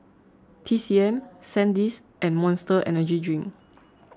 T C M Sandisk and Monster Energy Drink